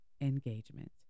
engagement